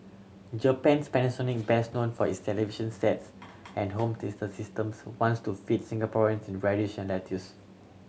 Japan's Panasonic best known for its television sets and home theatre systems wants to feed Singaporean its radish and lettuce